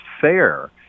fair